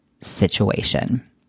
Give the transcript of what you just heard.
situation